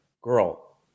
girl